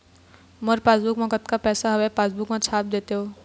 मोर passbook मा कतका पैसा हवे पासबुक मा छाप देव तो?